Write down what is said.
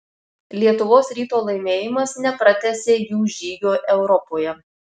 lietuvos ryto laimėjimas nepratęsė jų žygio europoje